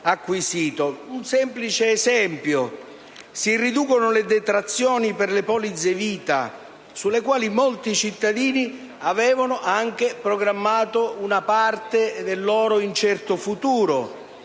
un semplice esempio. Si riducono le detrazioni per le polizze vita, sulle quali molti cittadini avevano anche programmato una parte del loro incerto futuro.